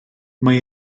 mae